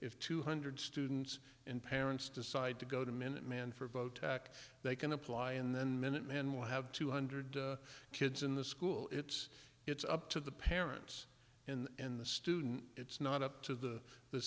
if two hundred students and parents decide to go to minuteman for vote they can apply and then minutemen will have two hundred kids in the school it's it's up to the parents and the student it's not up to the